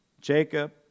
Jacob